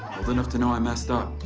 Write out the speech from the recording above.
old enough to know i messed up.